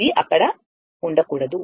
ఇది అక్కడ ఉండకూడదు